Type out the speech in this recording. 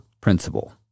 principle